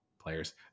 players